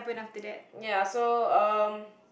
ya so um